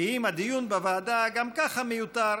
כי אם הדיון בוועדה גם ככה מיותר,